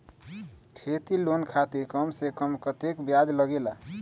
खेती लोन खातीर कम से कम कतेक ब्याज लगेला?